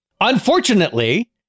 Unfortunately